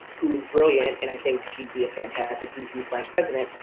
who is brilliant, and i think she'd be a fantastic v p. slash president.